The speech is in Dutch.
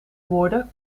woorden